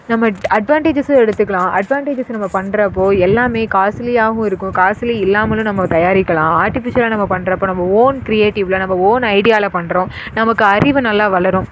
நம்ம அட்வான்டேஜ்ஜஸ்ஸு எடுத்துக்கலாம் அட்வான்டேஜ்ஜஸ் நம்ம பண்ணுறப்போ எல்லாமே காஸ்ட்லியாகவும் இருக்கும் காஸ்ட்லி இல்லாமலும் நம்ம தயாரிக்கலாம் ஆர்ட்டிஃபிஷியலாக நம்ம பண்ணுறப்ப நம்ம ஒன் கிரியேட்டிவ்ல நம்ம ஒன் ஐடியாவில பண்ணுறோம் நமக்கு அறிவு நல்லா வளரும்